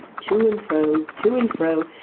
to and fro, to and fro,